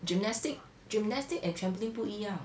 gymnastic gymnastic and trampoline 不一样